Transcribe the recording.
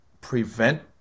prevent